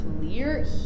clear